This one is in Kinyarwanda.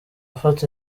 ufata